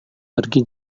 pergi